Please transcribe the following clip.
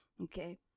okay